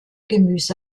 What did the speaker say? gemüse